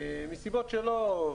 מסיבות שלו,